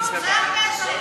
מה הקשר?